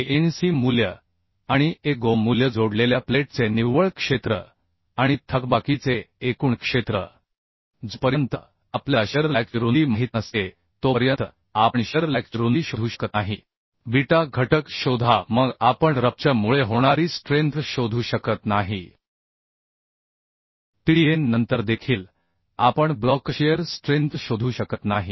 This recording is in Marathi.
anc मूल्य आणि ago मूल्य जोडलेल्या प्लेटचे निव्वळ क्षेत्र आणि थकबाकीचे एकूण क्षेत्र जोपर्यंत आपल्याला शिअर लॅगची रुंदी माहित नसते तोपर्यंत आपण शिअर लॅगची रुंदी शोधू शकत नाही बीटा घटक शोधा मग आपण रप्चर मुळे होणारी स्ट्रेंथ शोधू शकत नाही Tdn नंतर देखील आपण ब्लॉकशिअर स्ट्रेंथ शोधू शकत नाही